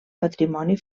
patrimoni